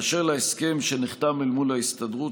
באשר להסכם שנחתם אל מול ההסתדרות,